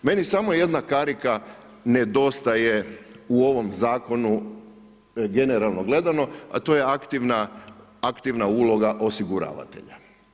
Meni samo jedna karika nedostaje u ovom zakonu generalno gledano a to je aktivna uloga osiguravatelja.